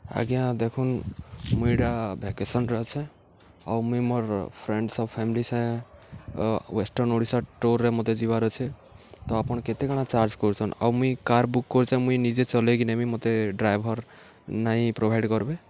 ଆଜ୍ଞା ଦେଖୁନ୍ ମୁଇଁ ଇଟା ଭେକେସନ୍ରେ ଅଛେଁ ଆଉ ମୁଇଁ ମୋର୍ ଫ୍ରେଣ୍ଡ୍ସ ଫ୍ୟାମିଲି ସାଙ୍ଗେ ୱେଷ୍ଟର୍ଣ୍ଣ୍ ଓଡ଼ିଶା ଟୁର୍ରେ ମତେ ଯିବାର୍ ଅଛେ ତ ଆପଣ୍ କେତେ କାଣା ଚାର୍ଜ୍ କରୁଚନ୍ ଆଉ ମୁଇଁ କାର୍ ବୁକ୍ କରୁଚେଁ ମୁଇଁ ନିଜେ ଚଲେଇକି ନେମି ମତେ ଡ୍ରାଇଭର୍ ନାଇଁ ପ୍ରୋଭାଇଡ଼୍ କର୍ବେ